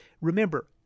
remember